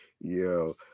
yo